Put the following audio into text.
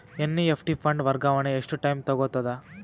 NEFT fund ವರ್ಗಾವಣೆ ಎಷ್ಟ time ತೋಗೊತದ?